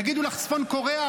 יגידו לך צפון קוריאה,